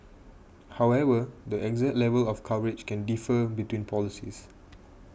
however the exact level of coverage can differ between policies